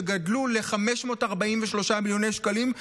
שגדלו ל-543 מיליוני שקלים,